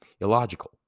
Illogical